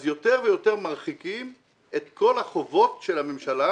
אז יותר ויותר מרחיקים את כל החובות של הממשלה,